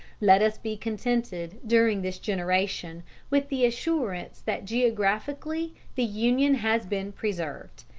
let us be contented during this generation with the assurance that geographically the union has been preserved,